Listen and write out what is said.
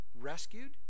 rescued